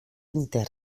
intern